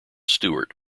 stewart